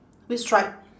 which stripe